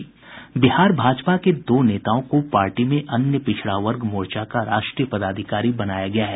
बिहार भाजपा के दो नेताओं को पार्टी में अन्य पिछड़ा वर्ग मोर्चा का राष्ट्रीय पदाधिकारी बनाया है